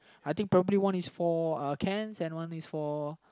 I think probably one is for uh cans and one is for